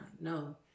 No